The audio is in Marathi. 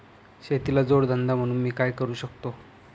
शेतीला जोड धंदा म्हणून मी काय करु शकतो?